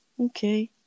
okay